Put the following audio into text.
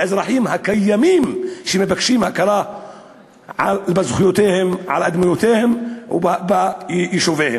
באזרחים הקיימים שמבקשים הכרה ובזכויותיהם על אדמותיהם וביישוביהם.